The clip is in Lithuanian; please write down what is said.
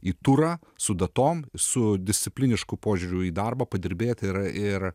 į turą su datom su disciplinišku požiūriu į darbą padirbėt ir ir